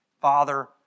Father